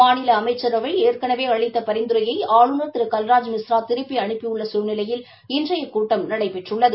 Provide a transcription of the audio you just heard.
மாநில அமைச்சரவை ஏற்கனவே அளித்த பரிந்துரையை ஆளுநர் திரு கண்ராஜ் மிஸ்ரா திருப்பி அனுப்பி உள்ள சூழ்நிலையில் இன்றைய கூட்டம் நடைபெற்றுள்ளது